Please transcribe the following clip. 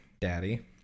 daddy